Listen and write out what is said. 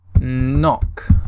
KNOCK